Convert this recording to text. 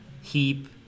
Heap